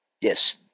yes